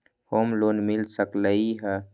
Home loan मिल सकलइ ह?